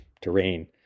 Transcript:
terrain